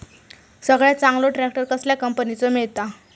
सगळ्यात चांगलो ट्रॅक्टर कसल्या कंपनीचो मिळता?